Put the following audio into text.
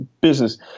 business